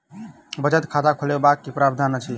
बचत खाता खोलेबाक की प्रावधान अछि?